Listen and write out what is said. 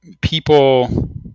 people